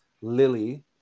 Lily